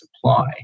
supply